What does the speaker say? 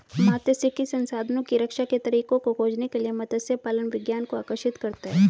मात्स्यिकी संसाधनों की रक्षा के तरीकों को खोजने के लिए मत्स्य पालन विज्ञान को आकर्षित करता है